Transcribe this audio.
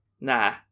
Nah